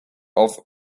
off